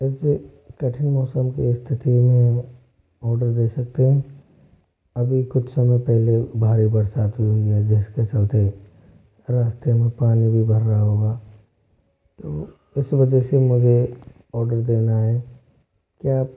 ऐसे कठिन मौसम के स्थिति में ऑर्डर दे सकते हैं अभी कुछ समय पहले भारी बरसात हुई हुई है जिस के चलते रास्ते में पानी भी भर रहा होगा तो इस वजह मुझे ऑर्डर देना है क्या आप